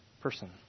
person